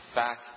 back